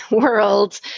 world